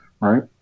right